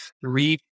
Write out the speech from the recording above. three